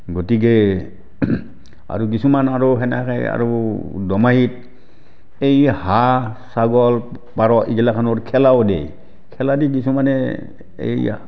গতিকে আৰু কিছুমান আৰু সেনেকৈ আৰু দোমাহীত এই হাঁহ ছাগল পাৰ এইগিলাখানৰ খেলাও দিয়ে খেলা দি কিছুমানে এই